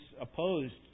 opposed